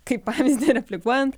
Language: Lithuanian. kaip pavyzdį replikuojant